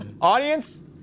Audience